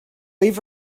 leave